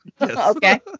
Okay